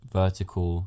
vertical